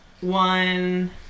one